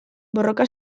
borroka